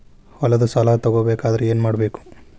ಹೊಲದ ಸಾಲ ತಗೋಬೇಕಾದ್ರೆ ಏನ್ಮಾಡಬೇಕು?